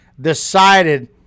decided